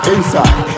Inside